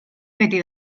beti